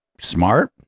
Smart